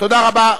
תודה רבה.